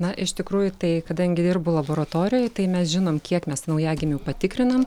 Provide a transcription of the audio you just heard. na iš tikrųjų tai kadangi dirbu laboratorijoj tai mes žinom kiek mes naujagimių patikrinam